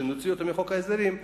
שנוציא אותה מחוק ההסדרים,